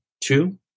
two